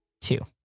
two